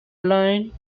line